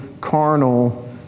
carnal